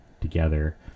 together